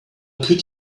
could